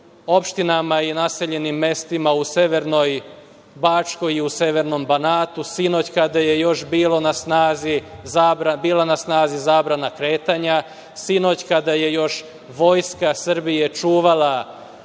opštinama i naseljenim mestima u severnoj Bačkoj i u severnom Banatu sinoć kada je još bila na snazi zabrana kretanja, sinoć kada je još Vojska Srbije čuvala